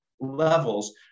levels